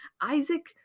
Isaac